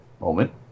moment